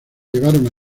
llevaron